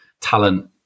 talent